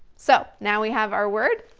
so, now we have our word,